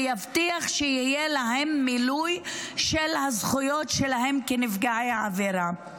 ויבטיח שיהיו להם מלוא הזכויות שלהם כנפגעי עבירה.